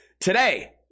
today